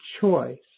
choice